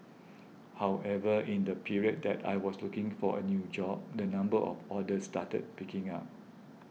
however in the period that I was looking for a new job the number of orders started picking up